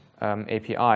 api